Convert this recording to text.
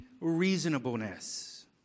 reasonableness